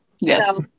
Yes